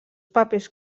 papers